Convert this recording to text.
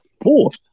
Fourth